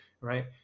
right